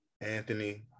Anthony